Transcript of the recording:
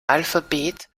alphabet